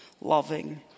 loving